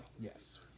Yes